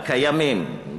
הקיימות,